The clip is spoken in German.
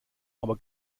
aber